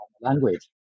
language